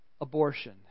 Abortion